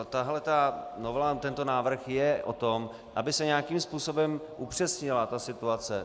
Tahle novela, tento návrh je o tom, aby se nějakým způsobem upřesnila ta situace.